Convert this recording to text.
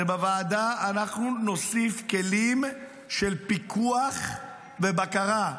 ובוועדה אנחנו נוסיף כלים של פיקוח ובקרה.